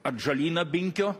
atžalyną binkio